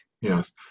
Yes